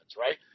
right